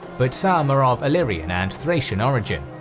but some are of illyrian and thracian origin.